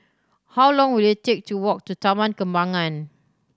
how long will it take to walk to Taman Kembangan